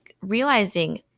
realizing